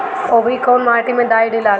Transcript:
औवरी कौन माटी मे डाई दियाला?